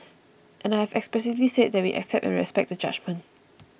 and I have expressively said that we accept and respect the judgement